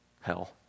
hell